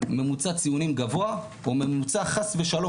ממוצע ציונים גבוה או חס ושלום,